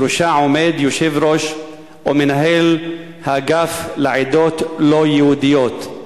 שבראשה עומד יושב-ראש או מנהל האגף לעדות הלא-יהודיות,